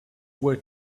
were